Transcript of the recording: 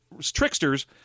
tricksters